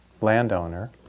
landowner